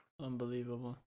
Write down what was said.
Unbelievable